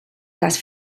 les